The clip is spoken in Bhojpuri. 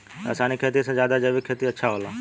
रासायनिक खेती से ज्यादा जैविक खेती अच्छा होला